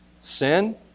sin